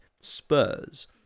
Spurs